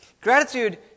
Gratitude